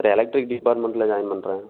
electric டிபார்ட்மென்ட்டில் join பண்ணுறன்